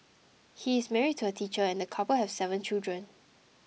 he is married to a teacher and the couple have seven children